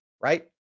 right